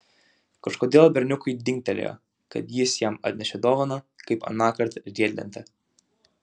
kažkodėl berniukui dingtelėjo kad jis jam atnešė dovaną kaip anąkart riedlentę